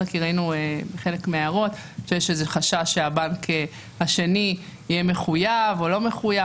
כי ראינו בחלק מההערות שיש חשש שהבנק השני יהיה מחויב או לא מחויב.